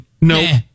no